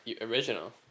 original